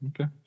Okay